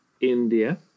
India